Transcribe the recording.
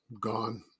gone